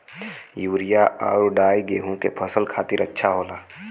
urea आउर डाई गेहूं के फसल खातिर अच्छा होला